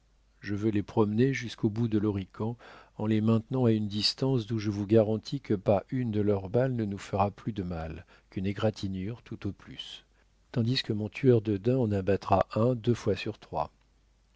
je veux les promener jusqu'au bout de l'horican en les maintenant à une distance d'où je vous garantis que pas une de leurs balles ne nous fera plus de mal qu'une égratignure tout au plus tandis que mon tueur de daims en abattra un deux fois sur trois